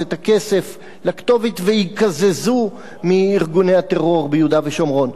את הכסף לכתובת ויקזזו מארגוני הטרור ביהודה ושומרון.